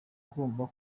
ugomba